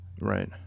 Right